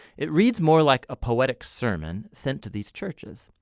it reads more like a poetic sermon sent to these churches.